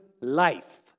life